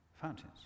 Fountains